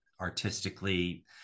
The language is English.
artistically